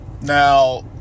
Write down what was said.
Now